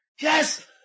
Yes